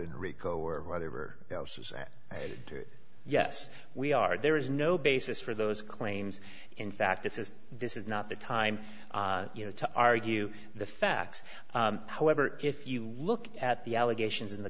in rico or whatever else is that they did yes we are there is no basis for those claims in fact it is this is not the time you know to argue the facts however if you look at the allegations in the